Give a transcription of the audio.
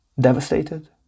Devastated